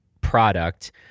product